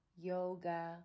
yoga